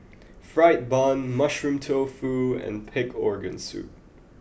Fried Bun Mushroom Tofu and pig organ soup